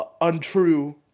untrue